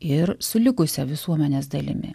ir su likusia visuomenės dalimi